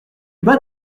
bas